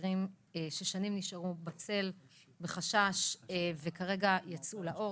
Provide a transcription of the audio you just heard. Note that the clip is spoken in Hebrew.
מדובר במקרים ששנים נשארו בצל בחשש וכרגע יצאו לאור,